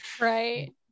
right